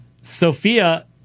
Sophia